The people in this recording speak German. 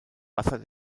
wasser